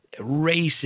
racist